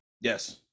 Yes